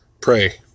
pray